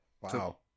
wow